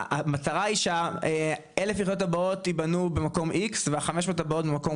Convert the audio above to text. המטרה היא שהאלף יחידות הבאות יבנו במקום איקס והחמש מאות הבאות במקום